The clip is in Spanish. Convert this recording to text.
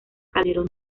calderón